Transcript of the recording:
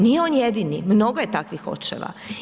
Nije on jedini, mnogo je takvih očeva.